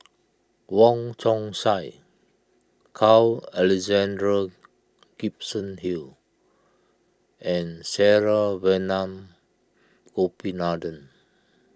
Wong Chong Sai Carl Alexander Gibson Hill and Saravanan Gopinathan